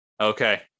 Okay